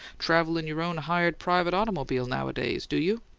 travel in your own hired private automobile nowadays, do you?